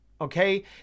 Okay